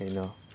ꯀꯩꯅꯣ